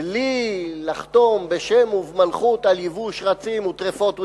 בלי לחתום בשם ובמלכות על ייבוא שרצים וטרפות ונבלות,